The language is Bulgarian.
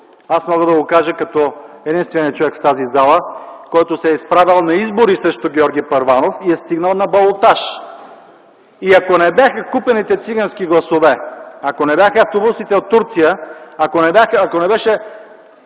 Мога да го кажа като единствения човек в тази зала, който се е изправял на избори срещу Георги Първанов и е стигнал на балотаж. И ако не бяха купените цигански гласове, ако не бяха автобусите от Турция, ако не беше